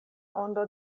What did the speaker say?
ondo